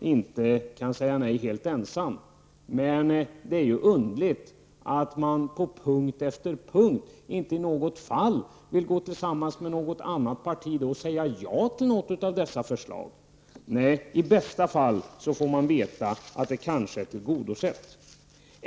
inte kan säga nej helt ensam. Men det är underligt att man, och det gäller på punkt efter punkt, inte i något fall vill ansluta sig till något annat parti och säga ja till något av förslagen. I bästa fall får man veta att det kanske är ''tillgodosett''.